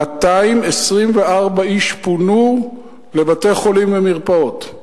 224 איש פונו לבתי-חולים ומרפאות.